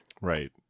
Right